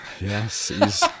Yes